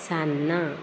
सान्नां